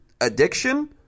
addiction